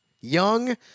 young